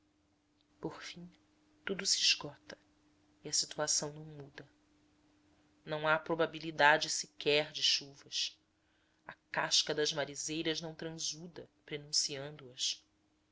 por fim tudo se esgota e a situação não muda não há probabilidade sequer de chuvas a casca dos marizeiros não transuda